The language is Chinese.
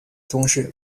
宗室